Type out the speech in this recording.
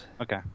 Okay